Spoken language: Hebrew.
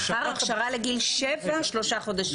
לאחר ההכשרה לגיל שבע, שאורכה שלושה חודשים.